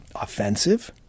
offensive